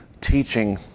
teaching